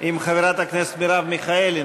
עם חברת הכנסת מרב מיכאלי.